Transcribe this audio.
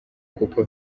kuko